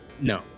No